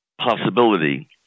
possibility